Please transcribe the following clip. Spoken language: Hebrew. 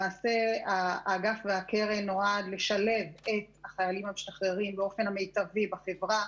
האגף והקרן נועד לשלב את החיילים המשתחררים באופן המיטבי בחברה,